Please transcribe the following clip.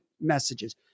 messages